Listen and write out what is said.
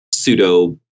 Pseudo